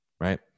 right